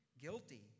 guilty